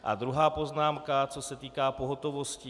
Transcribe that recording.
A druhá poznámka, co se týká pohotovostí.